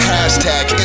Hashtag